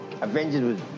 Avengers